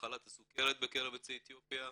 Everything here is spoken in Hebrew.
מחלת הסוכרת בקרב יוצאי אתיופיה,